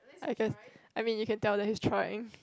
I can I mean you can tell that he's trying